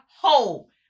hole